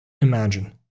Imagine